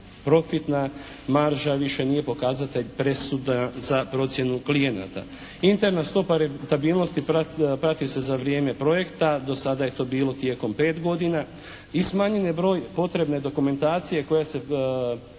profitna marža više nije pokazatelj presudan za procjenu klijenata. Interna stopa rentabilnosti prati se za vrijeme projekta, do sada je to bilo tijekom 5 godina i smanjen je broj potrebne dokumentacije koja se